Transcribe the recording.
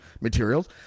materials